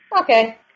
Okay